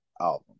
album